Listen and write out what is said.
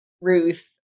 Ruth